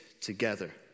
together